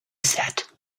sat